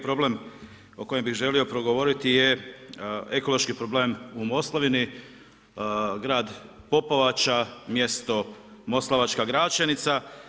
Problem o kojem bi želio progovoriti je ekološki problem u Moslavini, grad Popovača, mjesto Moslavačka Gračenica.